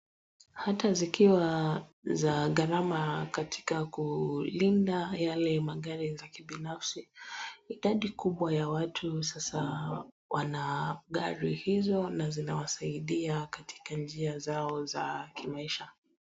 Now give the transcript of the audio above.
Hata zikiwa za gharama katika kulinda yale magari za kibinafsi idadi kubwa ya watu sasa wana gari hizo na zinawasaidia katika njia zao za kimaisha.